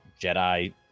jedi